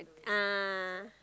ah